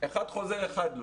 אחד חוזר, אחד לא.